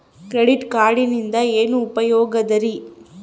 Credit ಕಾರ್ಡಿನಿಂದ ಏನು ಉಪಯೋಗದರಿ?